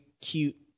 cute